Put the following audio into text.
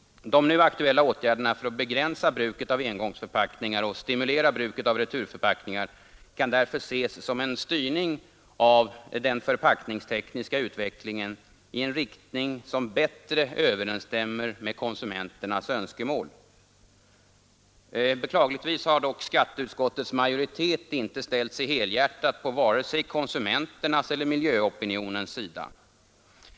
De nu aktuella åtgärderna för att begränsa bruket av engångsförpackningar och stimulera bruket av returförpackningar kan därför ses som en styrning av den förpackningstekniska utvecklingen i en riktning som bättre överensstämmer med konsumenternas önskemål. Beklagligtvis har skatteutskottets majoritet dock inte ställt sig helhjärtat på vare sig konsumenternas eller miljöopinionens sida.